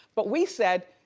but we said,